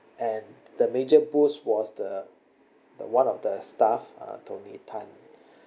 and the major boost was the the one of the staff uh tony tan